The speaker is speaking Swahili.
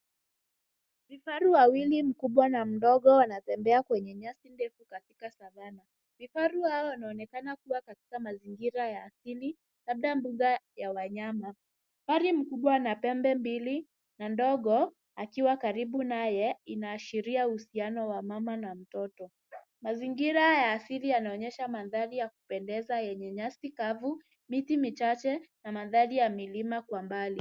Vifaru wawili mkubwa na mdogo wanatembea kwenye nyasi ndefu katika Savanah. Vifaru hawa wanaonekana kuwa katika mazingira ya asili, labda mbuga ya wanyama. Kifaru mkubwa ana pembe mbili na ndogo akiwa karibu naye, inaashiria uhusiano wa mama na mtoto. Mazingira ya asili yanaonyesha mandhari ya kupendeza, yenye nyasi kavu miti michache na mandhari ya milima kwa mbali.